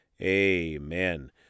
amen